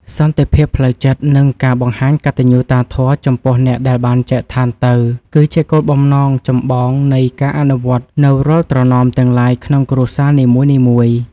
សន្តិភាពផ្លូវចិត្ត និងការបង្ហាញកតញ្ញូតាធម៌ចំពោះអ្នកដែលបានចែកឋានទៅគឺជាគោលបំណងចម្បងនៃការអនុវត្តនូវរាល់ត្រណមទាំងឡាយក្នុងគ្រួសារនីមួយៗ។